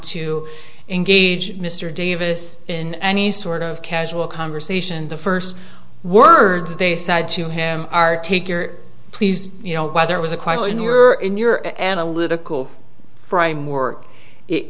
to engage mr davis in any sort of casual conversation the first words they said to him are take your please you know whether it was a question your in your analytical framework it